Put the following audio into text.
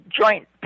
joint